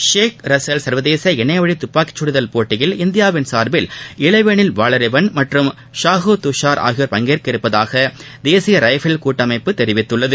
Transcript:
ஷேக் ரஸல் சர்வதேச இணையவழி துப்பாக்கிச்சுடுதல் போட்டியில் இந்தியாவின் சார்பில் இளவேனில் வாலறிவன் மற்றம் ஷாஹு துஷார் ஆகியோர் பங்கேற்க உள்ளதாக தேசிய ரைபிள் கூட்டமைப்புத் தெரிவித்துள்ளது